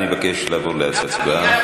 אני מבקש לעבור להצבעה.